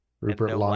Rupert